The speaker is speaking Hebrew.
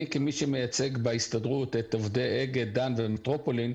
כמי שמייצג בהסתדרות את עובדי אגד, דן ומטרופולין,